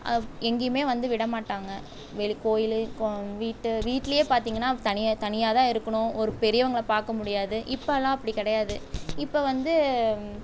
எங்கேயுமே வந்து விடமாட்டாங்க ஒரு கோவிலு வீட்டு வீட்லேயே பார்த்திங்கன்னா தனியாக தனியாக தான் இருக்கணும் ஒரு பெரியவங்களை பார்க்க முடியாது இப்போலாம் அப்படி கிடையாது இப்போ வந்து